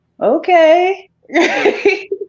Okay